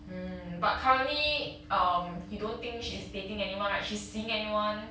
mm but currently um you don't think she's dating anyone right she's seeing anyone